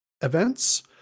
events